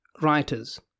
writers